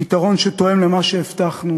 פתרון שתואם את מה שהבטחנו.